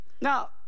Now